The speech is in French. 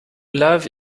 lave